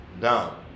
down